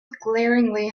glaringly